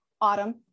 autumn